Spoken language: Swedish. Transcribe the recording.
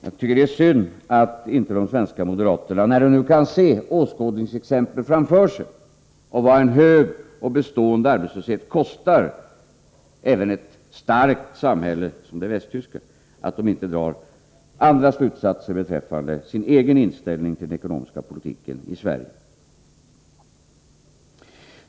Jag tycker att det är synd att de svenska moderaterna, när de nu kan se ett åskådningsexempel framför sig på vad en hög och bestående arbetslöshet kostar även ett starkt samhälle som det västtyska, inte drar andra slutsatser beträffande sin egen inställning till den ekonomiska politiken i Sverige.